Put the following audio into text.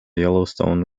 yellowstone